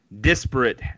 disparate